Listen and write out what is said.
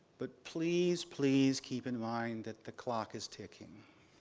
but please, please keep in mind that the clock is ticking.